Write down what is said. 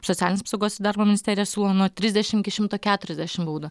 socialinės apsaugos ir darbo ministerija siūlo nuo trisdešimt iki šimto keturiasdešimt baudą